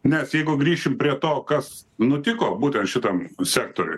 nes jeigu grįšim prie to kas nutiko būtent šitam sektoriui